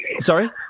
Sorry